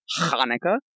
Hanukkah